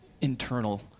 internal